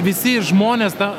visi žmonės tą